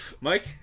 Mike